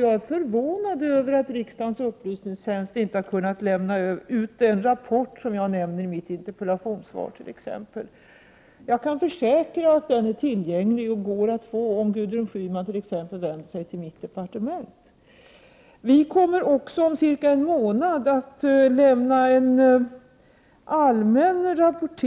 Jag är förvånad över att riksdagens upplysningstjänst inte har kunnat lämna ut den rapport som jag nämnde i mitt interpellationssvar. Jag kan försäkra att den är tillgänglig och går att få, om Gudrun Schyman vänder sig till mitt departement. Om cirka en månad kommer miljöoch energidepartementet att lämna en allmän rapport